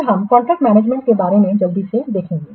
फिर हम contract management के बारे में जल्दी से देखेंगे